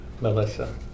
Melissa